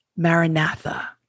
Maranatha